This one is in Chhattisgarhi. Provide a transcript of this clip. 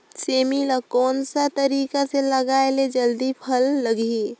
सेमी ला कोन सा तरीका से लगाय ले जल्दी फल लगही?